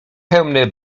pełne